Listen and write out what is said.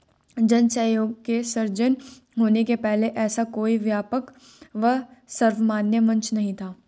जन सहयोग के सृजन होने के पहले ऐसा कोई व्यापक व सर्वमान्य मंच नहीं था